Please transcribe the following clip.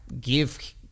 give